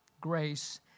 grace